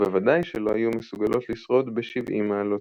ובוודאי שלא היו מסוגלות לשרוד ב־70°C.